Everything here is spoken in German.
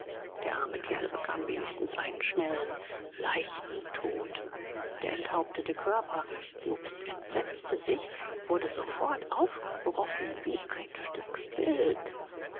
der arme kerl bekam wenigstens einen schnellen leichten tod der enthauptete körper jobst entsetzte sich wurde sofort aufgebrochen wie ein stück wild